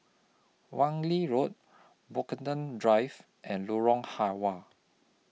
Wan Lee Road Brockton Drive and Lorong Halwa